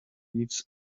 leaves